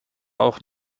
auch